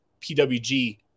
PWG